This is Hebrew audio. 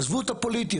עזבו את הפוליטיות,